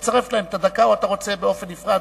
לצרף להם את הדקה או שאתה רוצה, באופן נפרד,